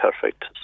perfect